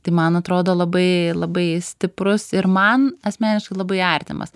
tai man atrodo labai labai stiprus ir man asmeniškai labai artimas